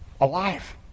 alive